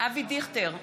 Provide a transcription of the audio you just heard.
אבי דיכטר,